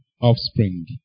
offspring